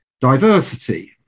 diversity